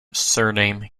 surname